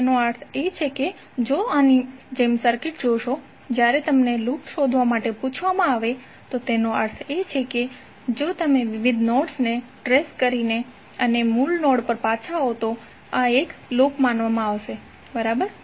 તો તેનો અર્થ એ કે જો તમે આની જેમ સર્કિટ જોશો જ્યારે તમને લૂપ શોધવા માટે પૂછવામાં આવે તો તેનો અર્થ એ છે કે જો તમે વિવિધ નોડ્સને ટ્રેસ કરીને અને મૂળ નોડ પર પાછા આવો તો આ એક લૂપ માનવામા આવશે બરાબર